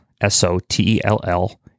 S-O-T-E-L-L